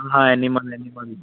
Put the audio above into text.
हां animal animal